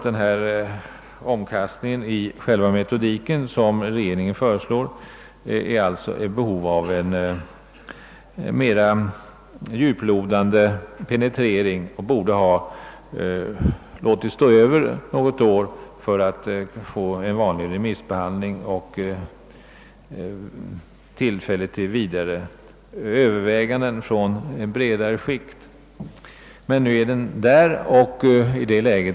Den omkastning av metodiken som regeringen föreslår är i behov av en mera djuplodande penetrering. Man borde ha låtit denna fråga vänta något år för att bereda tid för en vanlig remissbehandling och tillfälle till vidare överväganden från ett bredare skikt. Men nu finns den där.